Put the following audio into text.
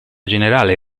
generale